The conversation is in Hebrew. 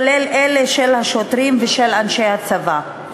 כולל אלה של השוטרים ושל אנשי הצבא.